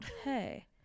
hey